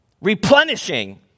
Replenishing